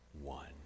one